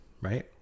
right